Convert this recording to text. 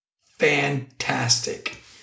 fantastic